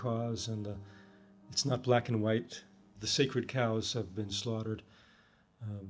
cause and it's not black and white the sacred cows have been slaughtered